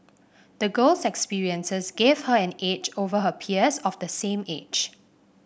the girl's experiences gave her an edge over her peers of the same age